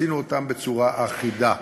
עשינו אותם בצורה אחידה.